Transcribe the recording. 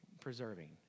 preserving